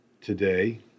today